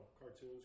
cartoons